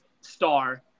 star –